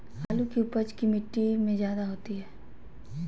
आलु की उपज की मिट्टी में जायदा होती है?